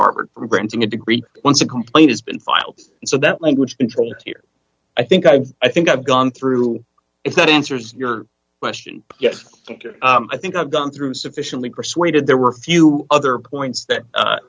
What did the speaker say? harvard from granting a degree once a complaint has been filed so that language control here i think i'm i think i've gone through if that answers your question yes i think i've gone through sufficiently persuaded there were a few other points that